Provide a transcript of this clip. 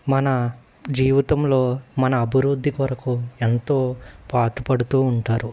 మన జీవితంలో మన అభివృద్ధి కొరకు ఎంతో పాధ పడుతూ ఉంటారు